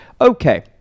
Okay